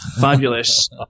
Fabulous